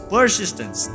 Persistence